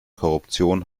korruption